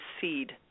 seed